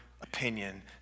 opinion